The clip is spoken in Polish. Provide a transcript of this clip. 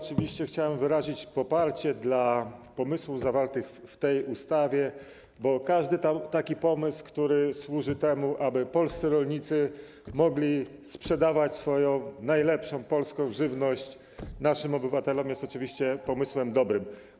Chciałem wyrazić poparcie dla pomysłów zawartych w tej ustawie, bo każdy pomysł, który służy temu, aby polscy rolnicy mogli sprzedawać swoją najlepszą, polską żywność naszym obywatelom, jest oczywiście pomysłem dobrym.